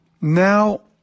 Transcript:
Now